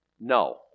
No